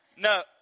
No